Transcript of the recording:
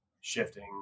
shifting